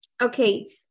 okay